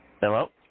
Hello